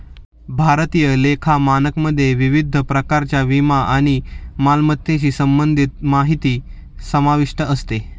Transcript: भारतीय लेखा मानकमध्ये विविध प्रकारच्या विमा आणि मालमत्तेशी संबंधित माहिती समाविष्ट असते